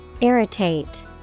Irritate